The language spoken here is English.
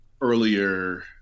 earlier